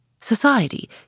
society